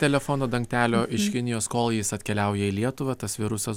telefono dangtelio iš kinijos kol jis atkeliauja į lietuvą tas virusas